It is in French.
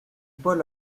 paul